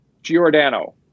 Giordano